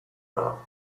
there